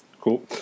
Cool